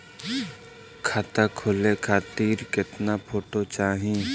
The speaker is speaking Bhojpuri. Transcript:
खाता खोले खातिर केतना फोटो चाहीं?